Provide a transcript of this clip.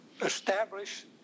establish